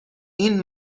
این